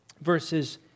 verses